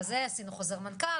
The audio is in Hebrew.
עשינו חוזר מנכ"ל,